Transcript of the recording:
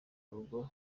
rugo